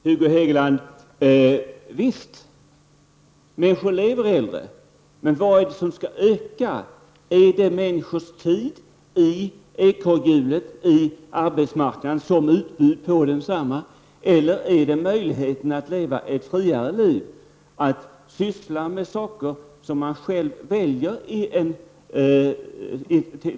Herr talman! Visst, Hugo Hegeland, lever människor längre, men vad är det som skall öka? Är det människors tid i ekorrhjulet, som ingående i utbudet på arbetsmarknaden, eller är det möjligheten att leva ett friare liv, att i större utsträckning syssla med saker som man själv väljer?